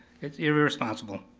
it's irresponsible.